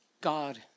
God